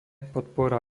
podpora